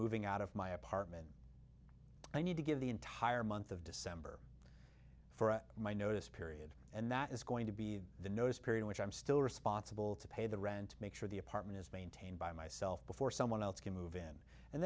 moving out of my apartment i need to give the entire month of december for my notice period and that is going to be the notice period which i'm still responsible to pay the rent make sure the apartment is maintained by myself before someone else can move in and